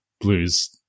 Blue's